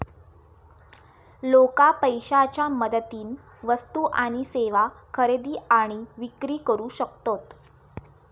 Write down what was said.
लोका पैशाच्या मदतीन वस्तू आणि सेवा खरेदी आणि विक्री करू शकतत